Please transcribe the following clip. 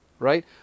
Right